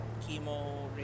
chemo